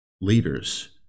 leaders